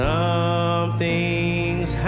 Something's